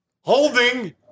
Holding